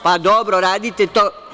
Pa, dobro, radite to.